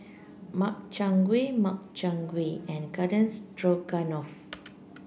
Makchang Gui Makchang Gui and Garden Stroganoff